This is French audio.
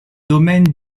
domaine